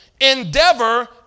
endeavor